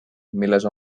milles